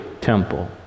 temple